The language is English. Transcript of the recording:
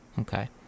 Okay